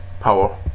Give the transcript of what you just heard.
power